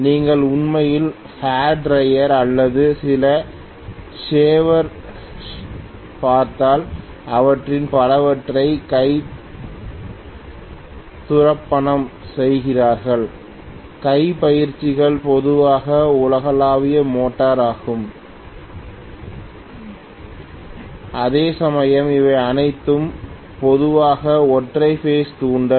நீங்கள் உண்மையில் hair dryer அல்லது சில ஷேவர்ஸைப் பார்த்தால் அவற்றில் பலவற்றை கை துரப்பணம் செய்கிறீர்கள் கை பயிற்சிகள் பொதுவாக உலகளாவிய மோட்டார் ஆகும் அதேசமயம் இவை அனைத்தும் பொதுவாக ஒற்றை பேஸ் தூண்டல்